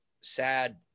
sad